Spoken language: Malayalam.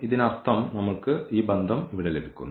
ഇതിനർത്ഥം നമ്മൾക്ക് ഈ ബന്ധം ഇവിടെ ലഭിക്കുന്നു